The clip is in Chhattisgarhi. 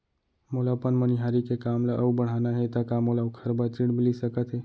मोला अपन मनिहारी के काम ला अऊ बढ़ाना हे त का मोला ओखर बर ऋण मिलिस सकत हे?